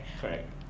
Correct